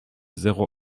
zéro